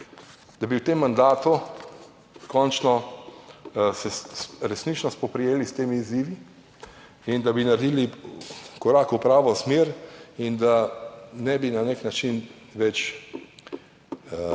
da bi se v tem mandatu končno resnično spoprijeli s temi izzivi in da bi naredili korak v pravo smer in da ne bi na nek način več